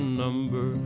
number